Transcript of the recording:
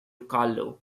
carlow